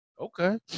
Okay